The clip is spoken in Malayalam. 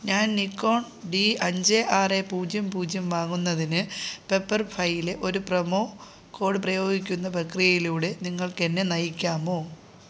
ഞാൻ നിക്കോൺ ഡി അഞ്ച് ആറ് പൂജ്യം പൂജ്യം വാങ്ങുന്നതിന് പെപ്പർ ഫൈല് ഒരു പ്രെമോ കോഡ് പ്രയോഗിക്കുന്ന പ്രക്രിയയിലൂടെ നിങ്ങൾക്കെന്നെ നയിക്കാമോ